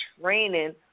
training